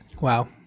Wow